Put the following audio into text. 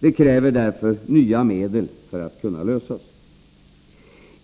Det kräver därför nya medel för att kunna lösas.